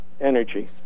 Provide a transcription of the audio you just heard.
energy